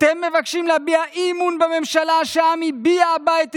אתם מבקשים להביע אי-אמון בממשלה שהעם הביע בה את אמונו.